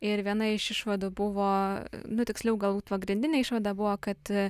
ir viena iš išvadų buvo nu tiksliau galbūt pagrindinė išvada buvo kad